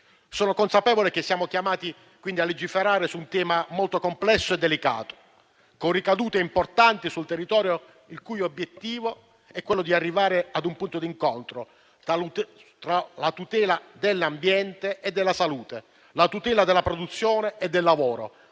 Sono consapevole che siamo chiamati a legiferare su un tema molto complesso e delicato, con ricadute importanti sul territorio, il cui obiettivo è quello di arrivare ad un punto di incontro tra la tutela dell'ambiente e della salute. La tutela della produzione e del lavoro